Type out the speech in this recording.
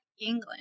England